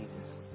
Jesus